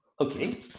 Okay